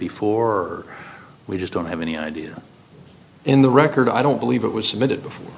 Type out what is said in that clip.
before we just don't have any idea in the record i don't believe it was submitted before